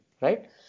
Right